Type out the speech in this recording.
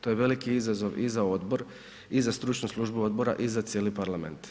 To je veliki izazov i za odbor i za stručnu službu odbora i za cijeli parlament.